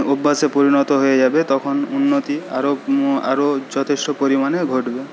অভ্যাসে পরিণত হয়ে যাবে তখন উন্নতি আরও আরও যথেষ্ট পরিমাণে ঘটবে